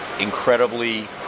incredibly